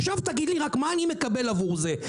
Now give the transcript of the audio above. עכשיו רק תגיד לי מה אני מקבל עבור זה".